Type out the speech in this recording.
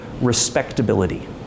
respectability